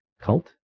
Cult